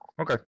Okay